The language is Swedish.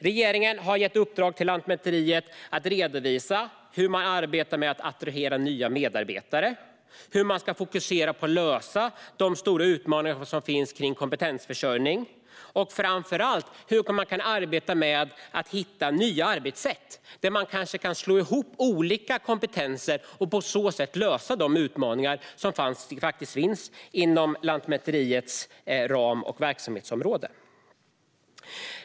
Regeringen har gett i uppdrag till Lantmäteriet att redovisa hur man arbetar med att attrahera nya medarbetare, hur man ska fokusera på att lösa de stora utmaningar som finns kring kompetensförsörjning och framför allt hur man kan arbeta med att hitta nya arbetssätt där man kanske kan slå ihop olika kompetenser och på så sätt lösa de utmaningar som finns inom Lantmäteriets ram och verksamhetsområde.